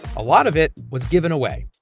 a lot of it was given away.